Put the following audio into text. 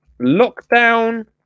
Lockdown